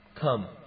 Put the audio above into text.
Come